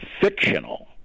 fictional